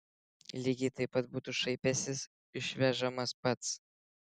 lygiai taip pat būtų šaipęsis išvežamas pats